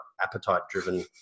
appetite-driven